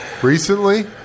Recently